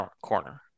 corner